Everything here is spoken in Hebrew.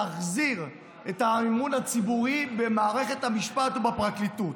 להחזיר את האמון הציבורי במערכת המשפט ובפרקליטות.